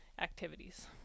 activities